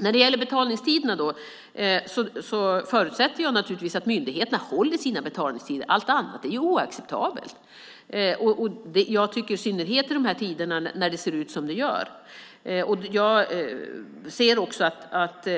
När det gäller betalningstiderna förutsätter jag naturligtvis att myndigheterna håller sina betalningstider; allt annat är oacceptabelt - i synnerhet i dessa tider. Jag ser också att